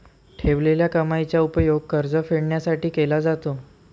ठेवलेल्या कमाईचा उपयोग कर्ज फेडण्यासाठी केला जातो